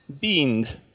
Beans